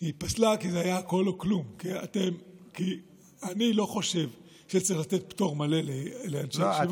כי אני לא חושב שצריך לתת פטור מלא לאנשי ישיבות.